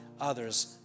others